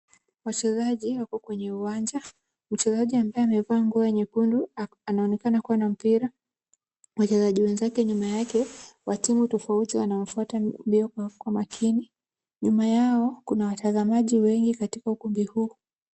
Wachezaji wako kwenye uwanja, mchezaji ambaye amevaa nguo nyekundu anaonekana kuwa na mpira, wachezaji wenzake nyuma yake ya timu tofauti wanamfuata mbio kwa makini. Nyuma yao kuna watazamaji wengi katika ukumbi huu.